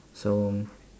so